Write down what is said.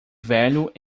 velho